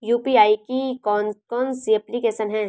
UPI की कौन कौन सी एप्लिकेशन हैं?